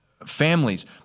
families